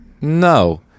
No